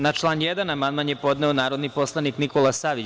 Na član 1. amandman je podneo narodni poslanik Nikola Savić.